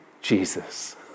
Jesus